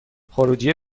خروجی